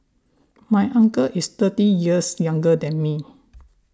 my uncle is thirty years younger than me